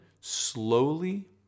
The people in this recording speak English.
slowly